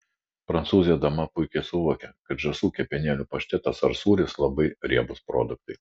prancūzė dama puikiai suvokia kad žąsų kepenėlių paštetas ar sūris labai riebūs produktai